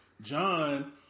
John